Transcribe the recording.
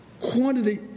quantity